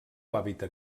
hàbitat